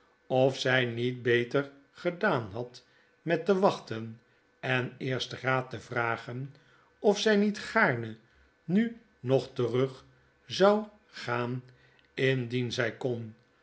of zij niet oeter gedaan had met te wachten en eerst raad te vragen of zij niet gaarne nu nog terug zou gaan indien zij kon